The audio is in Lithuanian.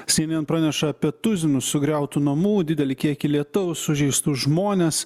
sy en en praneša apie tuzinus sugriautų namų didelį kiekį lietaus sužeistus žmones